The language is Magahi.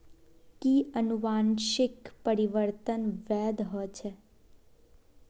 कि अनुवंशिक परिवर्तन वैध ह छेक